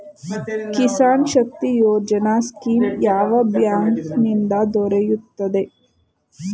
Kisan Shakti Yojana scheme ಯಾವ bank ನಿಂದ ದೊರೆಯುತ್ತದೆ?